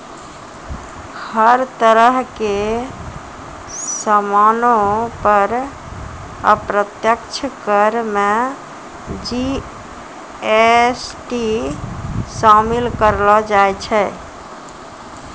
हर तरह के सामानो पर अप्रत्यक्ष कर मे जी.एस.टी शामिल करलो जाय छै